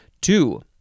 Two